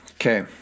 Okay